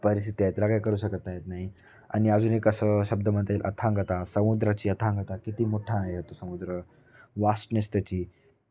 परिस्थिती आहेत काय करू शकता येत नाही आणि अजून कसं शब्द म्हणता येईल अथांगता समुद्राची अथांगता किती मोठा आहे तो समुद्र वास्नेस त्याची